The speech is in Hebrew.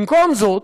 במקום זאת,